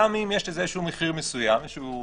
גם אם יש לזה איזשהו מחיר מסוים, איזשהו